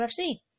UFC